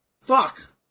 Fuck